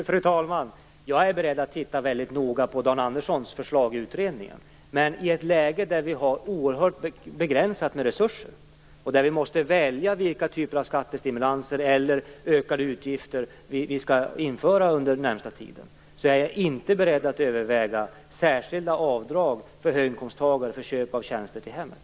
Fru talman! Jag är beredd att titta väldigt noga på Dan Anderssons förslag i utredningen. Vi befinner oss i ett läge med oerhört begränsade resurser, och vi måste välja vilka typer av skattestimulanser eller ökade utgifter vi skall införa under den närmaste tiden. Jag är därför inte beredd att överväga särskilda avdrag för höginkomsttagare för köp av tjänster till hemmen.